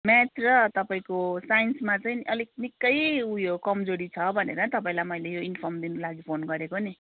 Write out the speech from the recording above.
math र तपाईँको साइन्समा चाहिँ अलिक निकै उयो कम्जोरी छ भनेर तपाईँलाई मैले यो इन्फर्म दिनुको लागि फोन गरेको नि